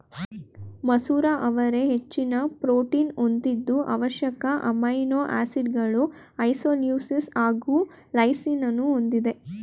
ಮಸೂರ ಅವರೆ ಹೆಚ್ಚಿನ ಪ್ರೋಟೀನ್ ಹೊಂದಿದ್ದು ಅವಶ್ಯಕ ಅಮೈನೋ ಆಸಿಡ್ಗಳು ಐಸೋಲ್ಯೂಸಿನ್ ಹಾಗು ಲೈಸಿನನ್ನೂ ಹೊಂದಿದೆ